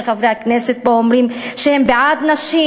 חברי הכנסת פה אומרים שהם בעד נשים,